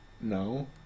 No